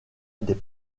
des